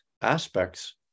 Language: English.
aspects